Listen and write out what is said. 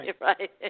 Right